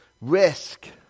risk